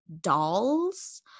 dolls